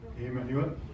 Amen